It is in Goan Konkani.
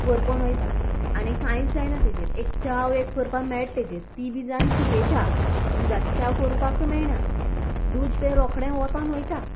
करपोन वयता आनी कांयच जायना तेचेर एक चाव एक करपा मेळटा तेचेर ती बीन जावन कुटें चाव दुदाची चाव कोरपाकच मेळना दूद तें रोखडें ओतोन ओयता